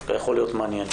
דווקא יכול להיות מעניין.